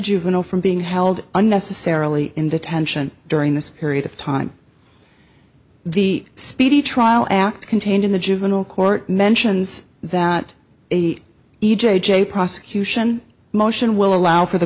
juvenile from being held unnecessarily in detention during this period of time the speedy trial act contained in the juvenile court mentions that e j j prosecution motion will allow for the